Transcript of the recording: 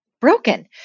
broken